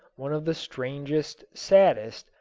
one of the strangest, saddest,